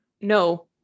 no